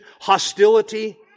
hostility